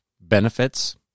benefits